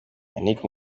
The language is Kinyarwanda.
yannick